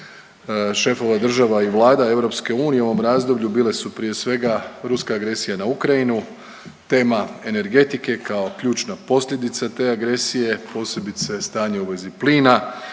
šefova država i vlada EU u ovom razdoblju bile su prije svega ruska agresija na Ukrajinu, tema energetike kao ključna posljedica te agresije posebice stanje u vezi plina,